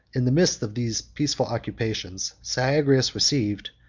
in the midst of these peaceful occupations, syagrius received,